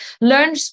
learn